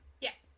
Yes